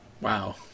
Wow